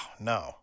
no